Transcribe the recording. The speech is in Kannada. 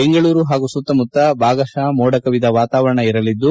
ಬೆಂಗಳೂರು ಹಾಗು ಸುತ್ತಮುತ್ತ ಭಾಗಶಃ ಮೋಡ ಕವಿದ ವಾತಾವರಣ ಇರಲಿದ್ದು